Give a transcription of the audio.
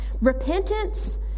Repentance